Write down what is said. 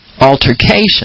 altercation